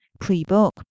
pre-book